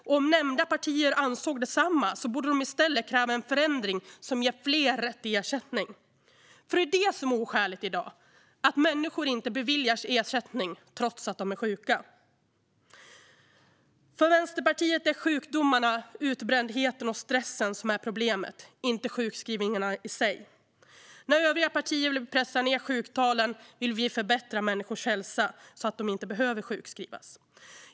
Om nämnda partier ansåg detsamma borde de i stället kräva en förändring som ger fler rätt till ersättning, för det som är oskäligt i dag är att människor inte beviljas ersättning trots att de är sjuka. För Vänsterpartiet är det sjukdomarna, utbrändheten och stressen som är problemet, inte sjukskrivningarna i sig. När övriga partier vill pressa ned sjuktalen vill vi förbättra människors hälsa så att de inte behöver sjukskrivas.